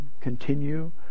continue